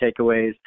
takeaways